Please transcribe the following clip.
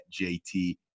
JT